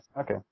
Okay